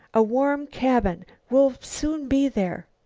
a warm cabin. we'll soon be there.